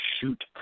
shoot